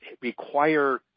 require